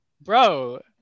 Bro